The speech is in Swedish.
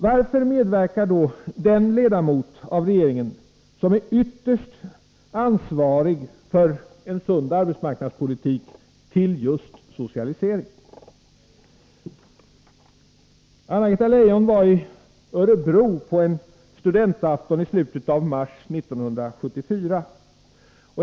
Varför medverkar då den ledamot av regeringen som ytterst är ansvarig för en sund arbetsmarknadspolitik till just socialisering? Anna-Greta Leijon var i Örebro på en studentafton i slutet av mars 1974.